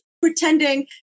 pretending